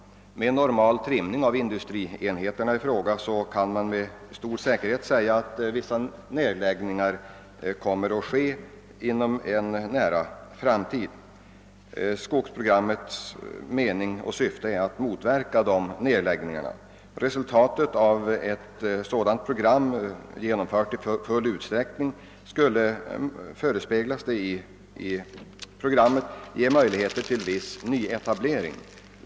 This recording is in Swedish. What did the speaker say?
Med normal trimning av industrienheterna i fråga kan man med stor säkerhet säga att vissa nedläggningar inom en nära framtid kommer att göras. Skogsprogrammets syfte är att motverka dessa nedläggningar. Resultatet av ett sådant program genomfört i full utsträckning skulle t.o.m. ge möjlighet till viss nyetablering.